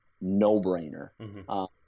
No-brainer